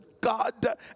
God